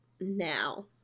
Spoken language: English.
now